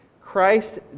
Christ